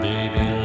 Baby